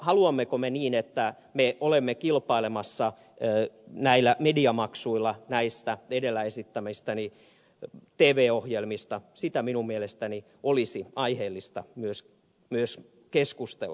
haluammeko me olla kilpailemassa näillä mediamaksuilla näistä edellä mainitsemistani tv ohjelmista siitä minun mielestäni olisi aiheellista myös keskustella